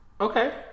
Okay